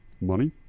money